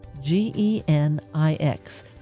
G-E-N-I-X